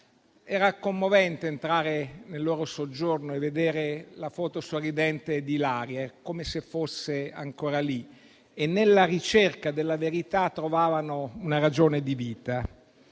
Era commovente entrare nel loro soggiorno e vedere la foto di Ilaria sorridente, come se fosse ancora lì. Nella ricerca della verità trovavano una ragione di vita.